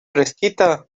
fresquita